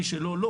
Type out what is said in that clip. מי שלא לא,